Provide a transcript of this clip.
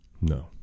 No